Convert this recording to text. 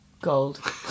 gold